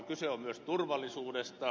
kyse on myös turvallisuudesta